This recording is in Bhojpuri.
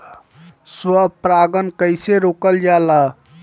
स्व परागण कइसे रोकल जाला?